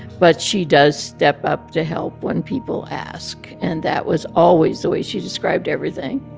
but she does step up to help when people ask, and that was always the way she described everything,